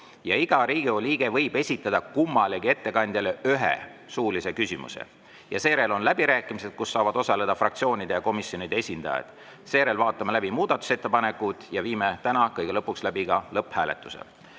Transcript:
Iga Riigikogu liige võib esitada kummalegi ettekandjale ühe suulise küsimuse. Seejärel on läbirääkimised, kus saavad osaleda fraktsioonide ja komisjonide esindajad. Seejärel vaatame läbi muudatusettepanekud ja viime täna kõige lõpuks läbi lõpphääletuse. Palun